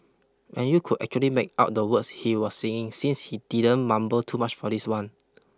and you could actually make out the words he was singing since he didn't mumble too much for this one